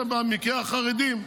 זה במקרה חרדים.